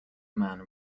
man